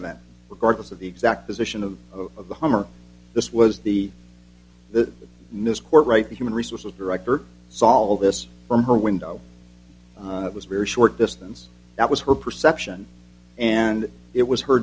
that regardless of the exact position of of the hummer this was the the miss court right the human resources director saw all this from her window it was very short distance that was her perception and it was her